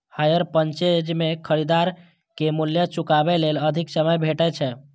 hire purchase मे खरीदार कें मूल्य चुकाबै लेल अधिक समय भेटै छै